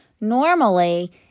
Normally